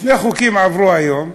שני חוקים עברו היום,